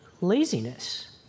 laziness